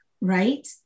Right